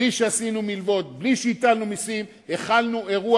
בלי שעשינו מלוות ובלי שהטלנו מסים הכלנו אירוע